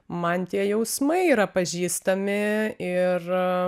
man tie jausmai yra pažįstami ir